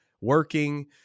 working